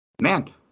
Man